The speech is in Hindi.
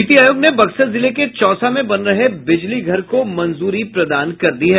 नीति आयोग ने बक्सर जिले के चौसा में बन रहे बिजलीघर को मंजूरी प्रदान कर दी है